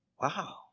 Wow